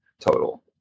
total